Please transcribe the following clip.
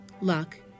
luck